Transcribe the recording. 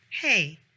Hey